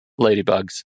ladybugs